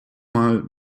mal